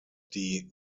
die